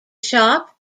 shop